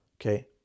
Okay